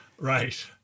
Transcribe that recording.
Right